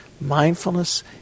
Mindfulness